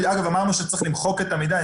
אגב, אמרנו שצריך למחוק את המידע.